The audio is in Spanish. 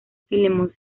filemón